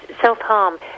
self-harm